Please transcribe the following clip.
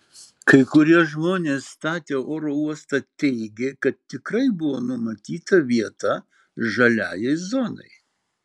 kai kurie žmonės statę oro uostą teigė kad tikrai buvo numatyta vieta žaliajai zonai